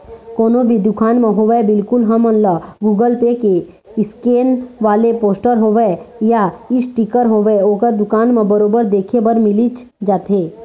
कोनो भी दुकान म होवय बिल्कुल हमन ल गुगल पे के स्केन वाले पोस्टर होवय या इसटिकर होवय ओखर दुकान म बरोबर देखे बर मिलिच जाथे